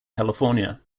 california